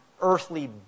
earthly